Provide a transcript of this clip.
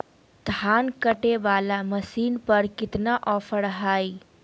धान कटे बाला मसीन पर कितना ऑफर हाय?